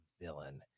villain